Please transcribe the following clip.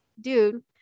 dude